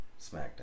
Smackdown